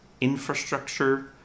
infrastructure